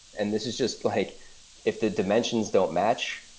and this is just like if the dimensions don't match,